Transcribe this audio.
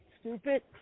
stupid